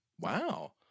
Wow